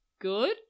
good